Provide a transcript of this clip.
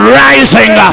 rising